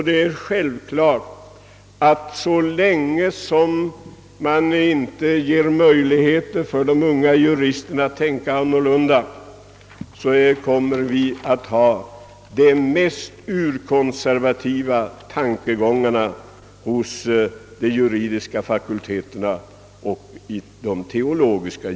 Det är självklart att så länge som vi inte ger möjlighet för de unga juristerna att tänka annorlunda, så kommer vi att ha de mest urkonservativa tankegångar hos de juridiska fakulteterna — liksom givetvis i de teologiska.